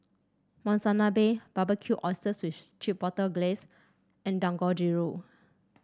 Monsunabe Barbecued Oysters with Chipotle Glaze and Dangojiru